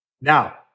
Now